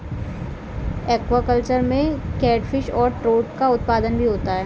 aquaculture में catfish और trout का उत्पादन भी होता है